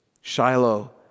Shiloh